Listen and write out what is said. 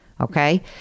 Okay